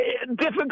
difficult